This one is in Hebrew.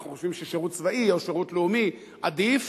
אנחנו חושבים ששירות צבאי או שירות לאומי עדיף.